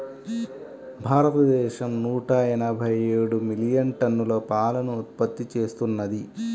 భారతదేశం నూట ఎనభై ఏడు మిలియన్ టన్నుల పాలను ఉత్పత్తి చేస్తున్నది